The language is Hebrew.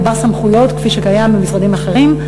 בר-סמכויות כפי שקיים במשרדים אחרים.